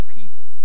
people